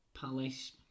Palace